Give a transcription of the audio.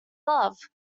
love